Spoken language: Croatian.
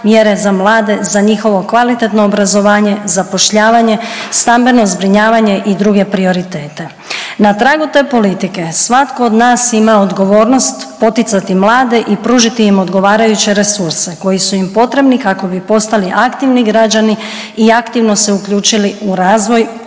mjere za mlade za njihovo kvalitetno obrazovanje, zapošljavanje, stambeno zbrinjavanje i druge prioritete. Na tragu te politike, svatko od nas ima odgovornost poticati mlade i pružiti im odgovarajuće resurse, koji su im potrebni kako bi postali aktivni građani i aktivno se uključili u razvoj